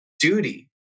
duty